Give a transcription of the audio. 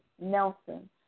Nelson